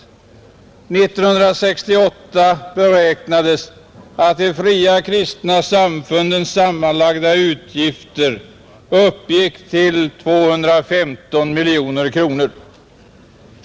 1968 beräknades att de fria kristna samfundens sammanlagda utgifter uppgick till 215 miljoner kronor.